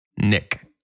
Nick